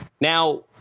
now